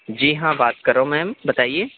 جی ہاں بات کر رہا ہوں میم بتائیے